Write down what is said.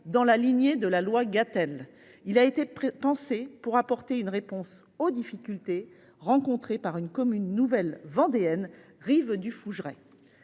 dans la lignée de la loi Gatel. Il a été pensé pour apporter une réponse aux difficultés rencontrées par une commune nouvelle vendéenne : Rives du Fougerais.